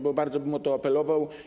Bardzo bym o to apelował.